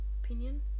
opinion